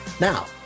Now